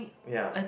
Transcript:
ya